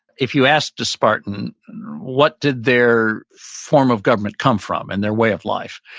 if you asked a spartan what did their form of government come from and their way of life,